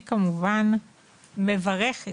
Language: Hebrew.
אני כמובן מברכת